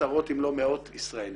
עשרות אם לא מאות ישראלים.